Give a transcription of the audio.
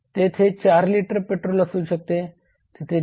तेथे 4 litre petrol असू शकते तेथे 4